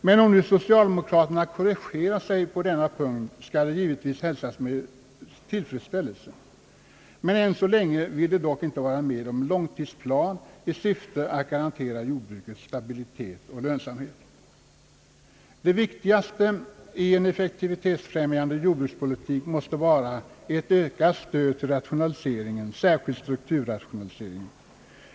Men om nu socialdemokraterna korrigerat sig på denna punkt, skall det givetvis hälsas med tillfredsställelse. Men än så länge vill de dock inte vara med om en långtidsplan i syfte att garantera jordbruket stabilitet och lönsamhet. Det viktigaste i en effektivitetsfrämjande jordbrukspolitik måste vara ett ökat stöd till rationaliseringen, särskilt strukturrationaliseringen.